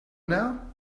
now